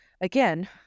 again